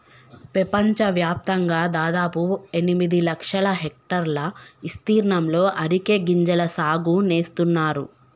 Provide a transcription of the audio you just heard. పెపంచవ్యాప్తంగా దాదాపు ఎనిమిది లక్షల హెక్టర్ల ఇస్తీర్ణంలో అరికె గింజల సాగు నేస్తున్నారు